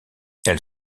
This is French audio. elle